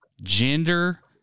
gender